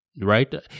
Right